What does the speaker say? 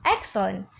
Excellent